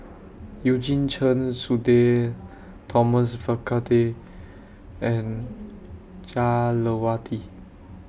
Eugene Chen Sudhir Thomas Vadaketh and Jah Lelawati